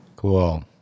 Cool